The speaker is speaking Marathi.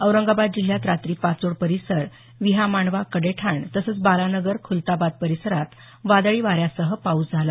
औरंगाबाद जिल्ह्यात रात्री पाचोड परिसर विहामांडवा कडेठाण तसंच बालानगर खुलताबाद परिसरात वादळी वाऱ्यासह पाऊस झाला